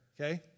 okay